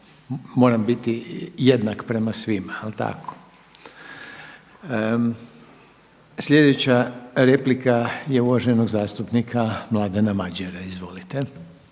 moram biti jednak prema svima, jel tako. Sljedeća replika je uvaženog zastupnika Mladena Madjera. Izvolite.